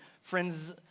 friends